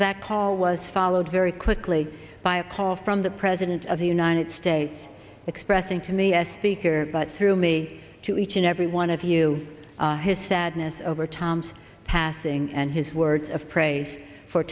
that call was followed very quickly by a call from the president of the united states expressing to me as speaker but through me to each and every one of you his sadness over tom's passing and his words of praise for